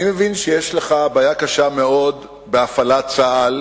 אני מבין שיש לך בעיה קשה מאוד עם הפעלת צה"ל